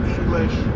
English